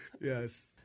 Yes